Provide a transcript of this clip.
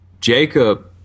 Jacob